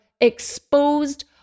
exposed